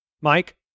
Mike